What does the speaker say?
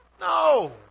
no